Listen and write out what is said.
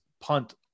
punt